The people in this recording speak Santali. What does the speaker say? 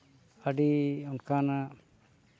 ᱟᱹᱰᱤ ᱚᱱᱠᱟᱱᱟᱜ